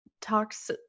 talks